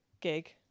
gig